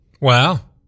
Wow